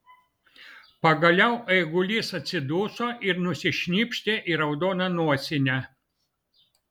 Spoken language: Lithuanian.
pagaliau eigulys atsiduso ir nusišnypštė į raudoną nosinę